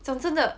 讲真的